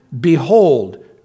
behold